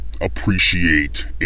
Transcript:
appreciate